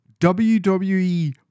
WWE